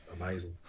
amazing